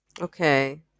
Okay